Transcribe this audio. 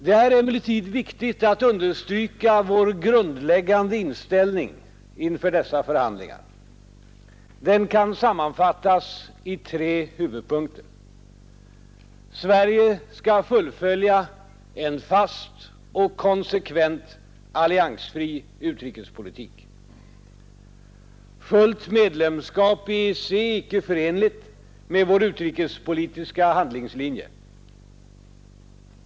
Det är emellertid viktigt att understryka vår grundläggande inställning inför dessa förhandlingar. Den kan sammanfattas i tre huvudpunkter: Sverige skall fullfölja en fast och konsekvent alliansfri utrikespolitik. Fullt medlemskap i EEC är icke förenligt med vår utrikespolitiska handlingslinje.